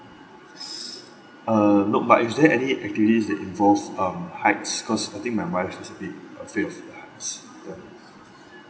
uh nope but is there any activities that involves um heights cause I think my wife is a bit afraid of heights yup